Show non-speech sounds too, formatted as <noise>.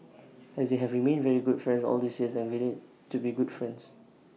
and they have remained very good friends all these years and <unintelligible> to be good friends